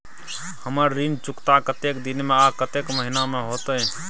हमर ऋण चुकता कतेक दिन में आ कतेक महीना में होतै?